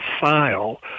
file